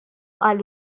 għall